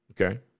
Okay